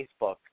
Facebook